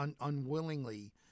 unwillingly